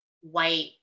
white